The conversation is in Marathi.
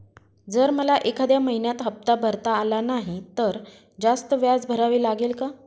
जर मला एखाद्या महिन्यात हफ्ता भरता आला नाही तर जास्त व्याज भरावे लागेल का?